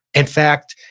in fact,